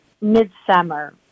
mid-summer